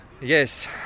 Yes